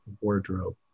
wardrobe